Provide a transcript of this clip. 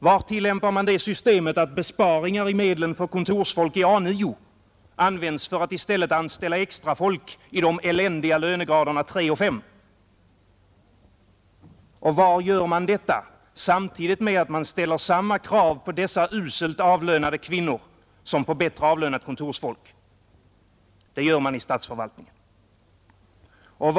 Var tillämpar man det systemet att besparingar i medlen för kontorsfolk i A 9 används för att i stället rekrytera extrafolk i de eländiga lönegraderna 3 och 5? Och var gör man detta samtidigt med att man ställer samma krav på dessa uselt avlönade kvinnor som på bättre avlönat kontorsfolk? Det gör man i statsförvaltningen.